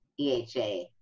EHA